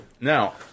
Now